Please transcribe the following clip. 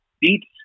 beats